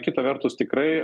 kita vertus tikrai